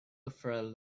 afraid